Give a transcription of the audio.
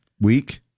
week